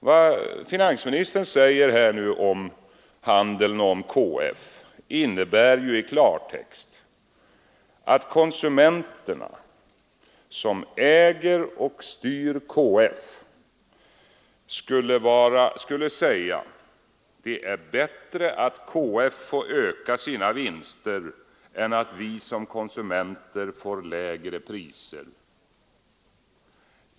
Vad finansministern nu säger om handeln och KF innebär i klartext att konsumenterna, som äger och styr KF, skulle säga: Det är bättre att KF får öka sina vinster än att vi som konsumenter får lägre priser.